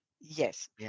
Yes